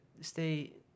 stay